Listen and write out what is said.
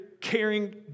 caring